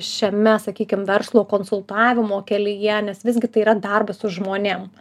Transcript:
šiame sakykim verslo konsultavimo kelyje nes visgi tai yra darbas su žmonėm